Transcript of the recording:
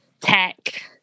tech